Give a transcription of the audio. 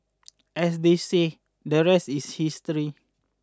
as they say the rest is history